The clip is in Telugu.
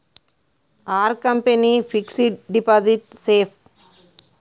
Are company fixed deposit safe?